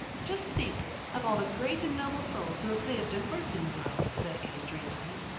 just think of all the great and noble souls who have lived and worked in the world, said anne dreamily.